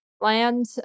land